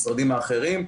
משרדים אחרים.